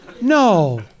no